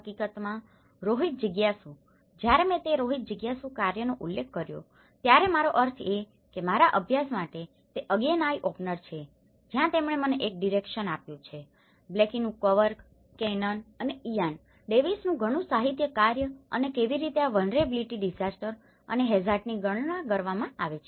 હકીકતમાં રોહિત જીગ્યાસુ જ્યારે મેં તે રોહિત જીગ્યાસુના કાર્યનો ઉલ્લેખ કર્યો ત્યારે મારો અર્થ એ કે મારા અભ્યાસ માટે તે અગેઇન આય ઓપનર છે જ્યાં તેમણે મને એક ડીરેક્શન આપ્યું છે કે બ્લેકીનું કવર્ક કેનન અને ઇયાન ડેવિસનું ઘણું સાહિત્ય કાર્ય અને કેવી રીતે આ વલ્નરેબીલીટી ડીઝાસ્ટર અને હેઝાર્ડ ની ગણના કરવામાં આવેલ